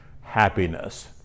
happiness